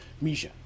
Misha